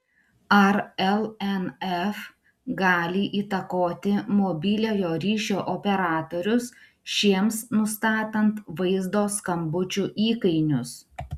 ar lnf gali įtakoti mobiliojo ryšio operatorius šiems nustatant vaizdo skambučių įkainius